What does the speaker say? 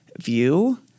view